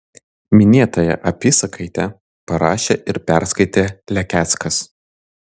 minėtąją apysakaitę parašė ir perskaitė lekeckas